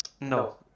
no